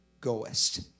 goest